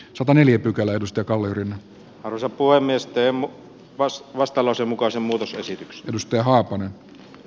sapa satu haapasen kannattamana ehdottanut että pykälä hyväksytään vastalauseen mukaisena